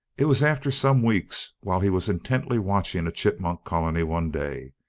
it was after some weeks, while he was intently watching a chipmunk colony one day.